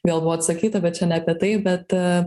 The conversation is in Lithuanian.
vėl buvo atsakyta bet čia ne apie tai bet